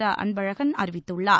தஅன்பழகன் அறிவித்துள்ளார்